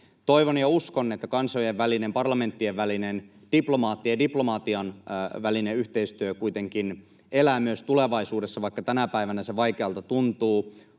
Toivon ja uskon, että kansojen välinen, parlamenttien välinen sekä diplomaattien ja diplomatian välinen yhteistyö kuitenkin elää myös tulevaisuudessa, vaikka tänä päivänä se vaikealta tuntuu.